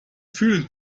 fühlen